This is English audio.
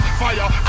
fire